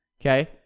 Okay